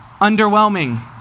underwhelming